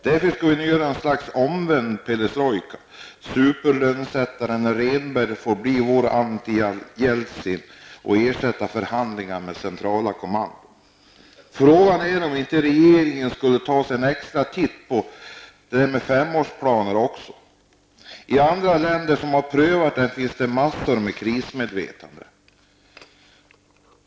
Därför skulle ni göra en slags omvänd perestrojka: Superlönesättaren Rehnberg får bli vår anti-Jeltsin och ersätta förhandlingar med centrala kommandon. Fråga är om inte regeringen skulle ta sig en extra titt på femårsplaner också. I andra länder som har prövat det finns massor med krismedvetande.